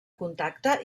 contacte